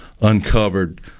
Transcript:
uncovered